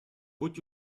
would